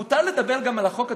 מותר לדבר גם על החוק עצמו,